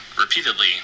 repeatedly